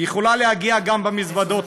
יכולות להגיע גם במזוודות,